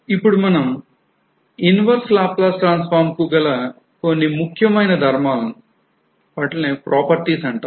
ఇప్పుడు మనం Inverse Laplace transform కు గల కొన్ని ముఖ్యమైన ధర్మాలను properties ను తెలుసుకుందాం